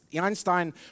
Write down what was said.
Einstein